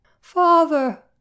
Father